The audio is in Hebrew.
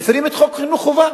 מפירים את חוק חינוך חובה.